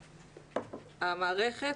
המערכת,